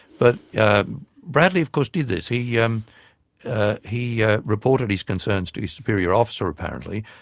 but bradley of course did this. he yeah um ah he ah reported his concerns to his superior officer, apparently,